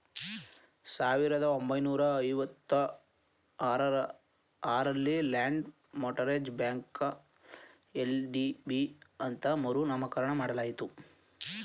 ಸಾವಿರದ ಒಂಬೈನೂರ ಅರವತ್ತ ಆರಲ್ಲಿ ಲ್ಯಾಂಡ್ ಮೋಟರೇಜ್ ಬ್ಯಾಂಕ ಎಲ್.ಡಿ.ಬಿ ಅಂತ ಮರು ನಾಮಕರಣ ಮಾಡಲಾಯಿತು